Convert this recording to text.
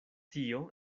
tio